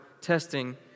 testing